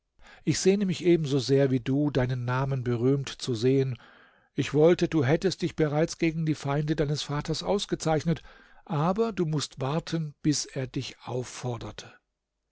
ich sehne mich ebenso sehr wie du deinen namen berühmt zu sehen ich wollte du hättest dich bereits gegen die feinde deines vaters ausgezeichnet aber du mußt warten bis er dich aufforderte